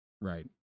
Right